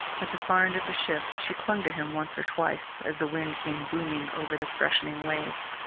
at the far end of the ship she clung to him once or twice as the wind came booming over the freshening waves.